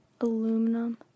aluminum